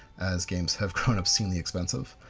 as games have grown obscenely expensive.